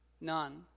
None